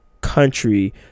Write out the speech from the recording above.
country